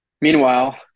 Meanwhile